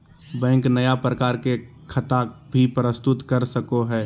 bank नया प्रकार के खता भी प्रस्तुत कर सको हइ